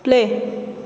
play